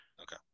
Okay